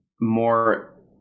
more